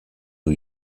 new